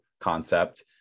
concept